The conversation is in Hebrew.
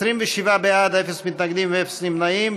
27 בעד, אפס מתנגדים ואפס נמנעים.